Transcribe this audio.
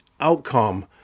outcome